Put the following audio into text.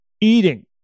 eating